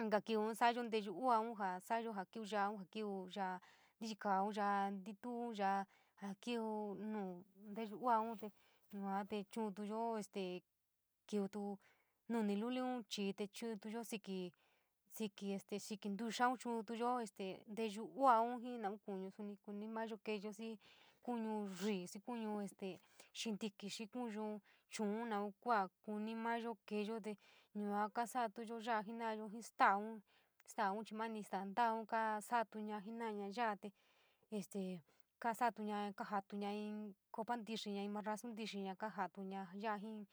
inka kiuun saayo nteyuu uuan jaa sa’ayo jaa kíví ya. aun. jaa kíví ya’a ntiyikaa, yo’a tintuu, yaa jaa kíví nuu nteyuu uuaun, te yua tee chu’untuyo este kiuutu nuni luliun chii te chu’untuyo siki, stee sikí ntuuxaun chu’utuyo nteyuu uuan jii naun kuñu kuni mayo keeyo xii, kuñu ríí, xii kuñu este xintiki, xii kuñu chuu naun kua kuni mayo keeyo te yua kua kasatuyo ya’a jenayo, jii staun, sataun chii mani staa ta’a kasatuña jeno’aña ya’a te este kasa’atuña, ka jatíña in copa ntexeña, in morrosu ntíxína kaa jaatíña.